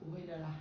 不会的 lah